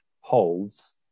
holds